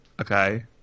okay